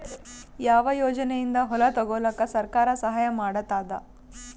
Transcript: ಯಾವ ಯೋಜನೆಯಿಂದ ಹೊಲ ತೊಗೊಲುಕ ಸರ್ಕಾರ ಸಹಾಯ ಮಾಡತಾದ?